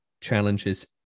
challenges